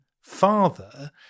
father